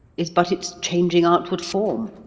is but its changing outward form.